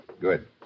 Good